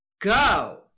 go